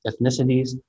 ethnicities